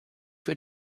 für